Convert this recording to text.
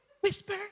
Whisper